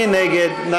מי נגד?